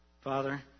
Father